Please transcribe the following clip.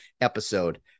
episode